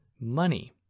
money